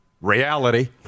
reality